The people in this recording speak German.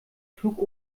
flug